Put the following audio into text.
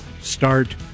start